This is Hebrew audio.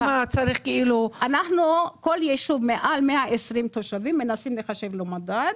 אנחנו כל ישוב מעל 120 תושבים מנסים לחשב לו מדד.